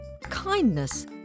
kindness